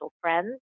friends